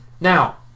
Now